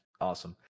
awesome